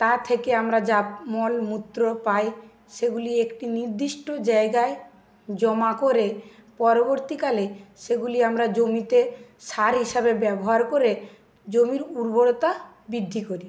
তা থেকে আমরা যা মলমূত্র পাই সেগুলি একটি নির্দিষ্ট জায়গায় জমা করে পরবর্তীকালে সেগুলি আমরা জমিতে সার হিসাবে ব্যবহার করে জমির উর্বরতা বৃদ্ধি করি